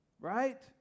Right